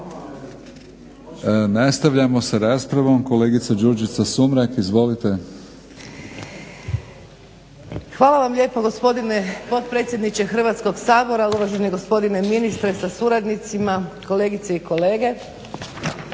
Nastavljamo sa raspravom. Kolegica Đurđica Sumrak, izvolite. **Sumrak, Đurđica (HDZ)** Hvala vam lijepo gospodine potpredsjedniče Hrvatskoga sabora. Uvaženi gospodine ministre sa suradnicima, kolegice i kolege.